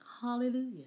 Hallelujah